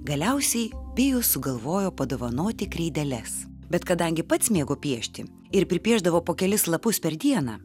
galiausiai pijus sugalvojo padovanoti kreideles bet kadangi pats mėgo piešti ir pripiešdavo po kelis lapus per dieną